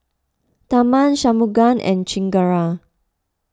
Tharman Shunmugam and Chengara